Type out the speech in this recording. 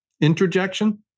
interjection